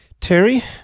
Terry